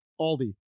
Aldi